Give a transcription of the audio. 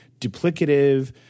duplicative